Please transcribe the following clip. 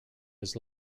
his